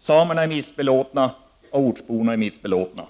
Samerna är missbelåtna, och ortsborna är missbelåtna.